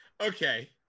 okay